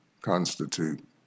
constitute